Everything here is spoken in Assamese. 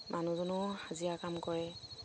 মানুহজনো হাজিৰা কাম কৰে